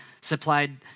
supplied